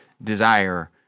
Desire